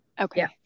Okay